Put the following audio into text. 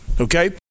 okay